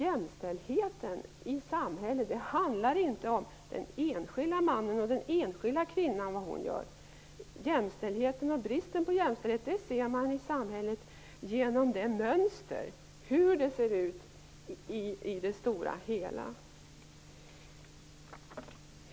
Jämställdheten i samhället handlar inte om vad den enskilde mannen och den enskilda kvinnan gör. Jämställdheten och bristen på densamma i samhället framgår av mönstret för hur det ser ut i det stora hela.